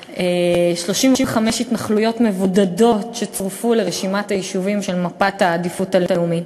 35 התנחלויות מבודדות שצורפו לרשימת היישובים של מפת העדיפות הלאומית.